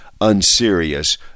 unserious